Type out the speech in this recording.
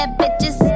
bitches